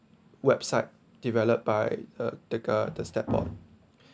website developed by a the g~ the step box